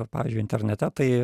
pavyzdžiui internete tai